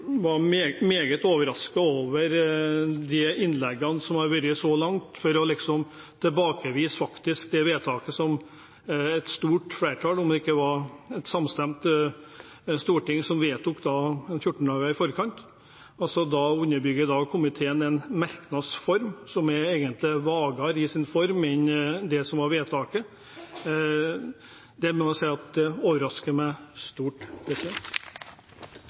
vært så langt for å tilbakevise det vedtaket som et stort flertall i Stortinget – om det ikke var samstemt – gjorde 14 dager i forkant. Og da å underbygge komiteen i merknads form, som egentlig er vagere i sin form enn det som var vedtaket, må jeg si overrasker meg stort.